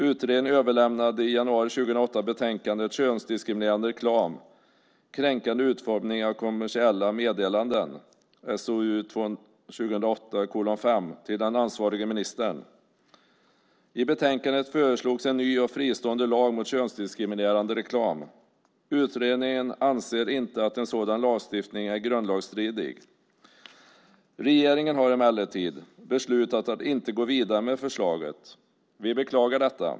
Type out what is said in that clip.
Utredningen överlämnade i januari 2008 betänkandet Könsdiskriminerande reklam - kränkande utformning av kommersiella meddelanden , SOU 2008:5, till den ansvarige ministern. I betänkandet föreslogs en ny och fristående lag mot könsdiskriminerande reklam. Utredningen anser inte att en sådan lagstiftning är grundlagsstridig. Regeringen har emellertid beslutat att inte gå vidare med förslaget. Vi beklagar detta!